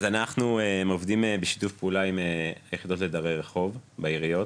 אז אנחנו עובדים בשיתוף פעולה עם יחידות לדרי רחוב בעיריות,